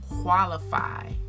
qualify